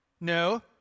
No